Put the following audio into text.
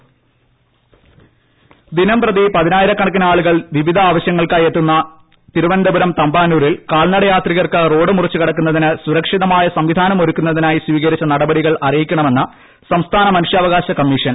ട്ടടടടടടടടടടടട സുരക്ഷിത പാത ദിനംപ്രതി പതിനായിരകണക്കിനാളുകൾ വിവിധ ആവശൃങ്ങൾക്കായി എത്തുന്ന തിരുവനന്തപുരം തമ്പാനൂരിൽ കാൽനടയാത്രികർക്ക് റോഡ് മുറിച്ചുകടക്കുന്നതിന് സുരക്ഷിതമായ സംവിധാനമൊരുക്കുന്ന തിനായി സ്വീകരിച്ച നടപടികൾ അറിയിക്കണമെന്ന് സംസ്ഥാനമനുഷ ്യാവകാശ കമ്മീഷൻ